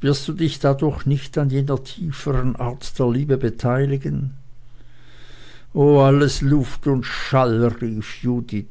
wirst du dich dadurch nicht an jener tieferen art der liebe beteiligen oh alles luft und schall rief judith